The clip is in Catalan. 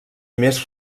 més